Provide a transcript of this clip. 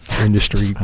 industry